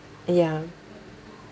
ya